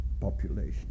population